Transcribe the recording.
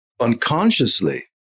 unconsciously